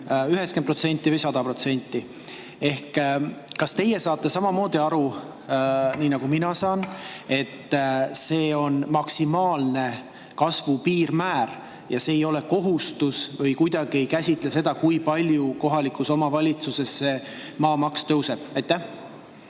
90% või 100%. Kas teie saate samamoodi aru, nii nagu mina saan, et see on kasvu piirmäär? See ei ole kohustus, see kuidagi ei käsitle seda, kui palju kohalikus omavalitsuses maamaks [kindlasti]